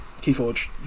Keyforge